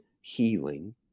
healing